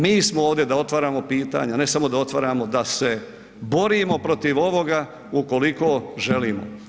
Mi smo ovdje da otvaramo pitanja, ne samo da otvaramo da se borimo protiv ovoga ukoliko želimo.